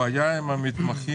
הבעיה עם המתמחים,